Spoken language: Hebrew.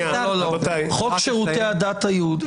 חוק שירותי הדת היהודיים.